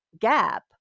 gap